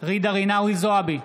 ג'ידא רינאוי זועבי,